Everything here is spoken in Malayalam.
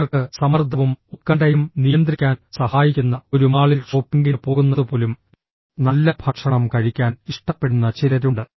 ചിലർക്ക് സമ്മർദ്ദവും ഉത്കണ്ഠയും നിയന്ത്രിക്കാൻ സഹായിക്കുന്ന ഒരു മാളിൽ ഷോപ്പിംഗിന് പോകുന്നത് പോലും നല്ല ഭക്ഷണം കഴിക്കാൻ ഇഷ്ടപ്പെടുന്ന ചിലരുണ്ട്